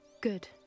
Good